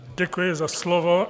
Děkuji za slovo.